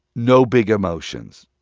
no big emotions.